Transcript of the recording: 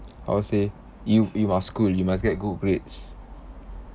how to say you you must school you must get good grades